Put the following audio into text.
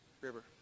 river